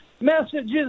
messages